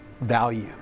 value